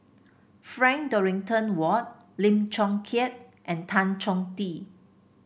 Frank Dorrington Ward Lim Chong Keat and Tan Chong Tee